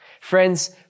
Friends